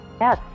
yes